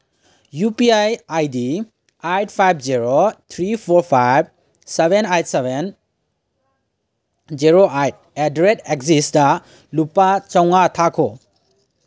U P I I D eight five zero three four five seven eight seven zero eight at the rate exist ꯂꯨꯄꯥ ꯆꯥꯝꯃꯉꯥ ꯊꯥꯈꯣ